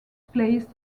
placed